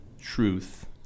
Truth